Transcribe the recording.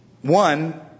one